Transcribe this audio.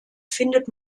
findet